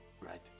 Right